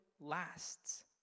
lasts